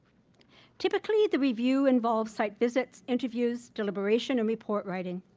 typically, the review involves site visits, interviews, deliberation and report writing.